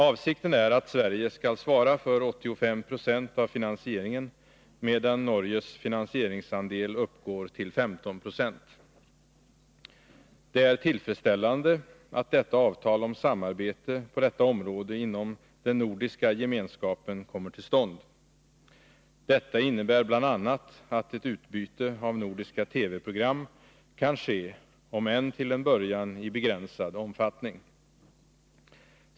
Avsikten är att Sverige skall svara för 85 90 av finansieringen, medan Norges finansieringsandel uppgår till 15 96. Det är tillfredsställande att detta avtal om samarbete på telesatellitområdet inom den nordiska gemenskapen kommer till stånd. Det innebär bl.a. att ett utbyte av nordiska TV-program kan ske, om än till en i början begränsad omfattning.